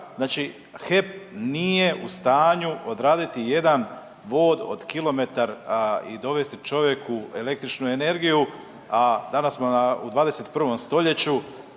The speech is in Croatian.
Znači HEP nije u stanju odraditi jedan vod od kilometar i dovesti čovjeku električnu energiju, a danas smo u 21. stoljeću